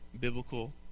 biblical